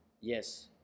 Yes